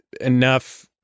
enough